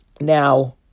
Now